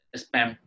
spam